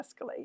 escalate